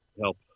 help